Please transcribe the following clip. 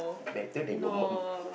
better than your mum